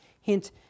hint